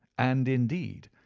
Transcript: and, indeed,